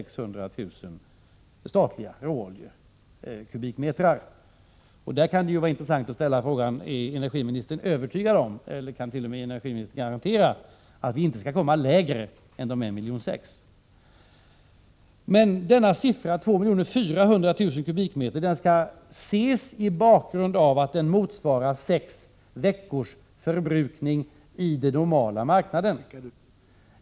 i det statliga lagret. Det kan vara intressant att ställa denna fråga: Är energiministern övertygad om — eller kan energiministern t.o.m. garantera — att vi inte skall hamna på en lägre nivå än 1,6 miljoner m?? Siffran 2,4 miljoner m? skall ses mot bakgrund av att den motsvarar 6 veckors förbrukning på den normala marknaden.